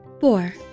Four